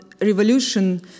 revolution